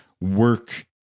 work